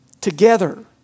together